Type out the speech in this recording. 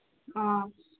ꯑ